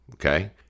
Okay